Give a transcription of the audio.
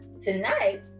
Tonight